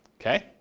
Okay